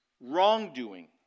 wrongdoing